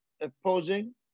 opposing